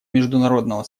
международного